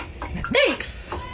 thanks